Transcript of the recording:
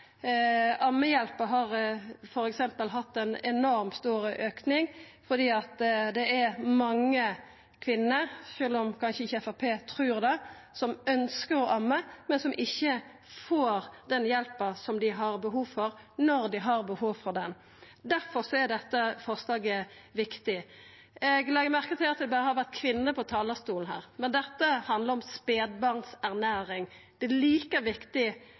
har f.eks. hatt ein enorm stor auke fordi det er mange kvinner – sjølv om kanskje ikkje Framstegspartiet trur det – som ønskjer å amma, men som ikkje får den hjelpa dei har behov for, når dei har behov for ho. Difor er dette forslaget viktig. Eg legg merke til at det har vore kvinner på talarstolen her, men dette handlar om spedbarnsernæring. Det er like viktig